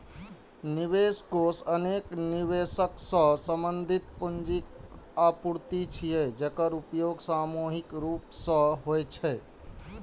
निवेश कोष अनेक निवेशक सं संबंधित पूंजीक आपूर्ति छियै, जेकर उपयोग सामूहिक रूप सं होइ छै